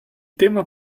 tema